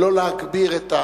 ולא להגביר את,